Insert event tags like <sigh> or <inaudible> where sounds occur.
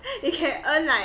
<laughs> you can earn like